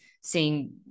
seeing